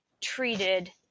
treated